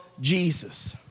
Jesus